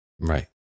Right